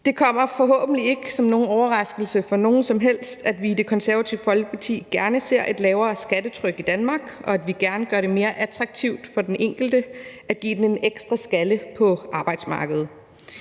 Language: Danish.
Det kommer forhåbentlig ikke som nogen overraskelse for nogen som helst, at vi i Det Konservative Folkeparti gerne ser et lavere skattetryk i Danmark, og at vi gerne gør det mere attraktivt for den enkelte at give den en ekstra skalle på arbejdsmarkedet.